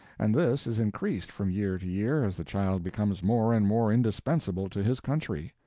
and this is increased from year to year as the child becomes more and more indispensable to his country.